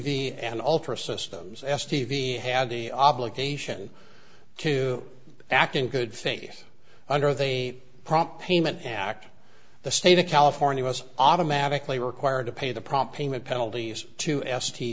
v and ultra systems s t v had the obligation to act in good faith under the prompt payment act the state of california was automatically required to pay the prompt payment penalties to s t